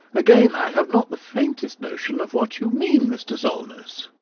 again i have not the faintest notion of what you mean, mr. solness.